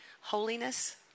holiness